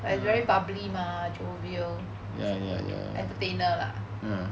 ya he very bubbly mah jovial entertainer lah